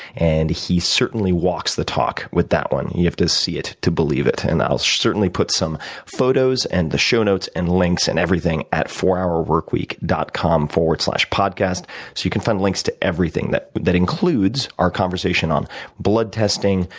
and he certainly walks the talk with that one. you have to see it to believe it, and i'll certainly put some photos and the show notes and links and everything at fourhourworkweek dot com slash podcast so you can find links to everything that that includes our conversation on blood testing,